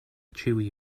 chewy